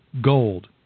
gold